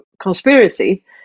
conspiracy